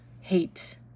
hate